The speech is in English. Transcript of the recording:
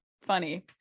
funny